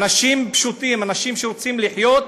אנשים פשוטים, אנשים שרוצים לחיות,